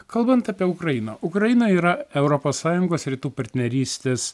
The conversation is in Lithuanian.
kalbant apie ukrainą ukraina yra europos sąjungos rytų partnerystės